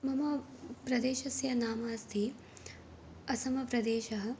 मम प्रदेशस्य नाम अस्ति असमप्रदेशः